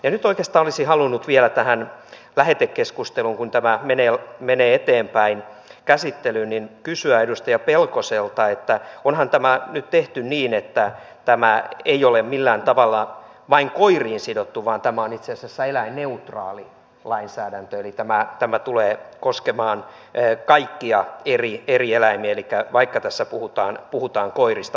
nyt oikeastaan olisin halunnut vielä tässä lähetekeskustelussa kun tämä menee eteenpäin käsittelyyn kysyä edustaja pelkoselta että onhan tämä nyt tehty niin että tämä ei ole millään tavalla vain koiriin sidottu vaan tämä on itse asiassa eläinneutraali lainsäädäntö eli tämä tulee koskemaan kaikkia eri eläimiä vaikka tässä puhutaan koirista